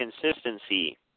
consistency